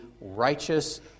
righteous